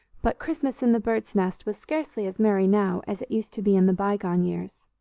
but christmas in the birds' nest was scarcely as merry now as it used to be in the bygone years,